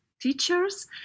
teachers